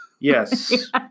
Yes